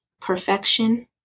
perfection